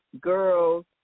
girls